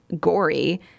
gory